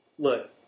Look